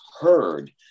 heard